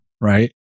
right